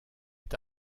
est